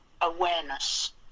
awareness